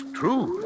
true